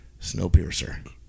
Snowpiercer